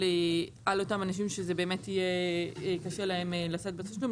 אותם אנשים שזה באמת יהיה קשה להם לשאת בתשלום.